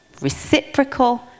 reciprocal